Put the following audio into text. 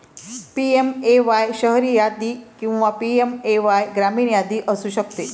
PMAY शहरी यादी किंवा पी.एम.ए.वाय ग्रामीण यादी असू शकते